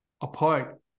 apart